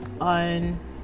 on